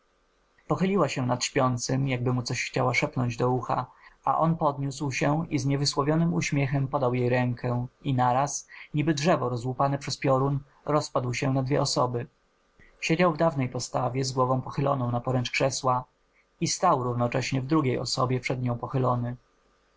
pochyliła się nad śpiącym jakby mu coś chciała szepnąć do ucha a on podniósł się i z niewysłowionym uśmiechem podał jej rękę i naraz niby drzewo rozłupane przez piorun rozpadł się na dwie osoby siedział w dawnej postawie z głową pochyloną na poręcz krzesła i stał równocześnie w drugiej osobie przed nią pochylony